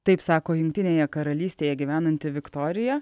taip sako jungtinėje karalystėje gyvenanti viktorija